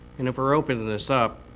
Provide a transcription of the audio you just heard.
and if we're opening this up,